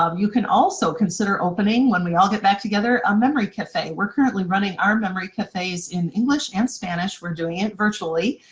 um you can also consider opening, when we all get back together, a memory cafe. we're currently running our memory cafes in english and spanish, we're doing it virtually,